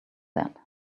that